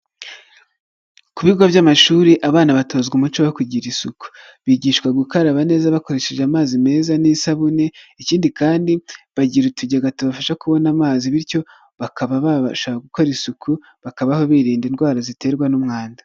Ku bigo by'amashuri, abana batozwa umuco wo kugira isuku. Bigishwa gukaraba neza bakoresheje amazi meza n'isabune, ikindi kandi bagira utugega tubafasha kubona amazi, bityo bakaba babasha gukora isuku, bakabaho birinda indwara ziterwa n'umwanda.